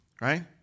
right